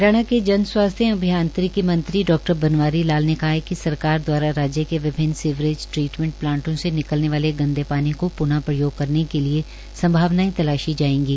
हरियाणा के जनस्वास्थ्य एवं अभियांत्रिकी मंत्री डा बनवारी लाल ने कहा कि सरकार द्वारा राज्य के विभिन्न सीवेज ट्रीटमेंट प्लांटों से निकलने वाले गंदे पानी को प्न प्रयोग करने के लिए संभावनाएं तलाशी जाएंगी